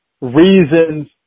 Reasons